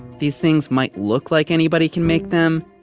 these things might look like anybody can make them,